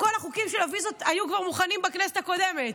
כל החוקים של הוויזות כבר היו מוכנים בכנסת הקודמת,